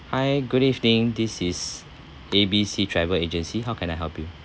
hi good evening this is A B C travel agency how can I help you